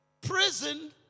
prison